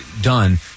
done